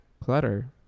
clutter